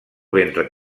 ben